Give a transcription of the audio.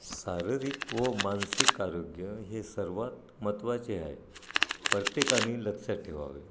शारीरिक व मानसिक आरोग्य हे सर्वात महत्त्वाचे आहे प्रत्येकाने लक्षात ठेवावे